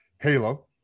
halo